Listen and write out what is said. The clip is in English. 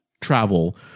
travel